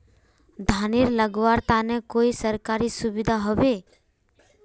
धानेर लगवार तने कोई सरकारी सुविधा होबे?